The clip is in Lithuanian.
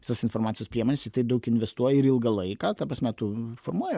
visas informacijos priemones į tai daug investuoji ir ilgą laiką ta prasme tu formuoji